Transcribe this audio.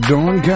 Dawn